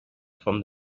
from